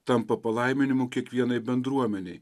tampa palaiminimu kiekvienai bendruomenei